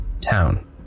town